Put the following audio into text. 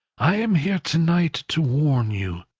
i am here to-night to warn you,